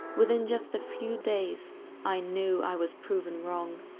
within just a few days i knew i was proven wrong.